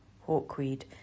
hawkweed